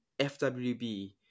fwb